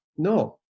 no